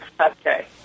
Okay